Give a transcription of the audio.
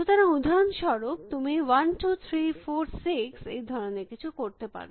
সুতরাং উদাহরণস্বরূপ তুমি 1 2 3 4 6 এই ধরনের কিছু করতে পারো